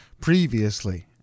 previously